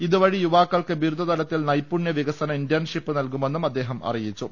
ഇതുവഴി യുവാ ക്കൾക്ക് ബിരുദതലത്തിൽ നൈപുണ്യ വികസന ഇന്റേൺഷിപ്പ് നൽകുമെന്നും അദ്ദേഹം അറിയിച്ചു